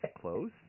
close